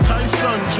Tyson